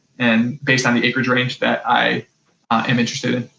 and based on the acre range that i am interested in.